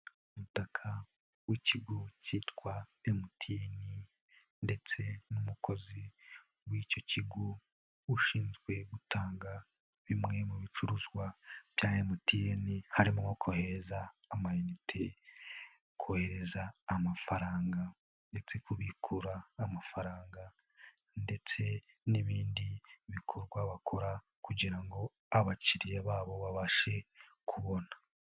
Umutaka w'ikigo kitwa MTN ndetse n'umukozi w'icyo kigo ushinzwe gutanga bimwe mu bicuruzwa bya MTN harimo nko kohereza amayinite, kohereza amafaranga ndetse no kubikura amafaranga ndetse n'ibindi bikorwa bakora kugira ngo abakiriya babo babashe kubona.